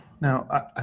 Now